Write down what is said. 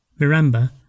Miramba